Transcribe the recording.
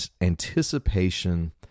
anticipation